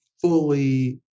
fully